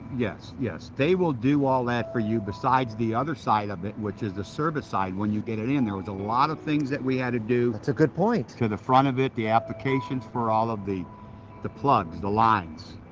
yes, yes. they will do all that for you besides the other side of it, which is the service side when you get it in there. there were a lot of things that we had to do. it's a good point. to the front of it, the applications for all of the the plugs, the lines,